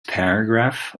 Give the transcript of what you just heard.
paragraph